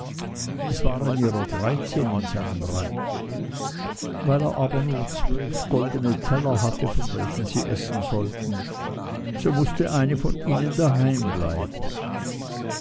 es waren ihrer dreizehn in seinem reiche weil er aber nur zwölf goldene teller hatte von welchen sie essen sollten so mußte eine von ihnen daheim bleiben